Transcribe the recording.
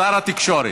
שר התקשורת.